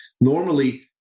normally